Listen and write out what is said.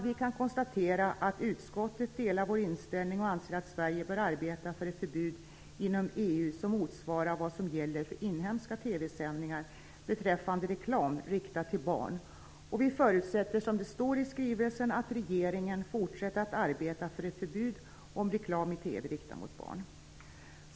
Vi kan konstatera att utskottet delar vår inställning och anser att Sverige bör arbeta för ett förbud inom EU som motsvarar vad som gäller för inhemska TV-sändningar beträffande reklam riktad till barn, och vi förutsätter som det står i skrivelsen att regeringen fortsätter att arbeta för ett förbud mot reklam i TV riktad mot barn.